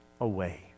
away